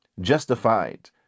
justified